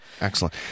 Excellent